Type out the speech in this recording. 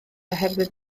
oherwydd